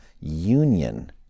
union